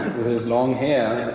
with his long hair,